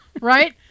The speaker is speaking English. right